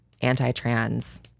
anti-trans